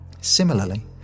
Similarly